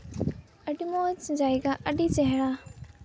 ᱟᱹᱰᱤ ᱢᱚᱡᱽ ᱡᱟᱭᱜᱟ ᱟᱹᱰᱤ ᱪᱮᱦᱨᱟ